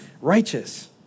righteous